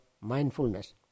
mindfulness